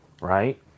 right